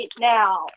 now